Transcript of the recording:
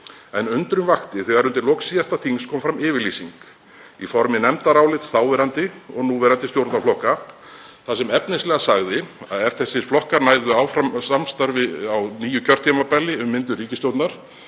en undrun vakti þegar undir lok síðasta þings kom fram yfirlýsing í formi nefndarálits þáverandi og núverandi stjórnarflokka þar sem efnislega sagði að ef þessir flokkar næðu áfram samstarfi á nýju kjörtímabili um myndun ríkisstjórnar